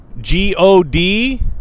G-O-D